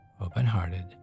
open-hearted